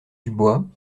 dubois